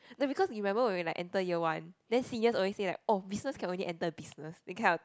no because you remember when we were like enter year one then seniors always say like oh business cannot get enter business that kind of thing